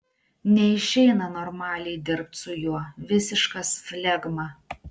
neišeina normaliai dirbt su juo visiškas flegma